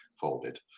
folded